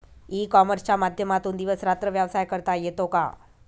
E कॉमर्सच्या माध्यमातून दिवस रात्र व्यवसाय करता येतो का?